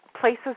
places